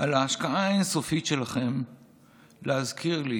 על ההשקעה האין-סופית שלכם בלהזכיר לי